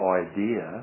idea